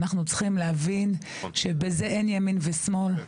כולנו יחד צריכים להבין שבזה אין ימין ושמאל,